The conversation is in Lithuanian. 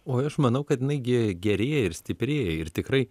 oi aš manau kad jinai ge gerėja ir stiprėja ir tikrai